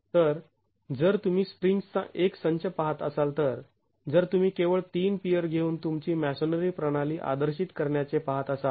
तर जर तुम्ही स्प्रिंग्ज् चा एक संच पहात असाल तर जर तुम्ही केवळ ३ पियर घेऊन तुमची मॅसोनरी प्रणाली आदर्शीत करण्याचे पाहत असाल